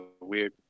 weird